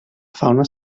fauna